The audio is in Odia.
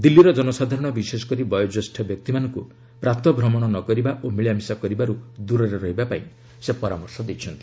ଦିଲ୍କୀର ଜନସାଧାରଣ ବିଶେଷ କରି ବୟୋଜ୍ୟେଷ୍ଠ ବ୍ୟକ୍ତିମାନଙ୍କୁ ପ୍ରାତଃ ଭ୍ରମଣ ନ କରିବା ଓ ମିଳାମିଶା କରିବାରୁ ଦୂରରେ ରହିବା ପାଇଁ ସେ ପରାମର୍ଶ ଦେଇଛନ୍ତି